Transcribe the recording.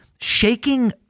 shaking